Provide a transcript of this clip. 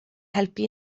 helpu